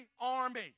army